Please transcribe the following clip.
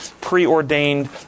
preordained